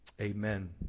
amen